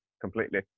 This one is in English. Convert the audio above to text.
completely